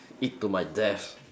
eat to my death